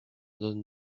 donne